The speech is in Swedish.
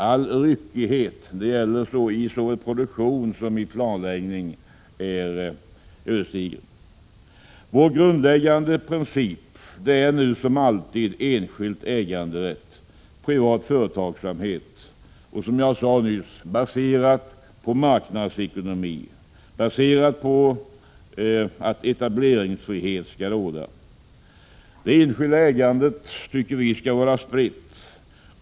All ryckighet — det gäller i såväl produktion som planläggning — är ödesdiger. Vår grundläggande princip är nu som alltid enskild äganderätt och privat företagsamhet, baserat på marknadsekonomi och att etableringsfrihet skall råda. Det enskilda ägandet skall vara spritt.